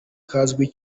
kazwi